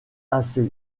assez